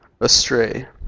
astray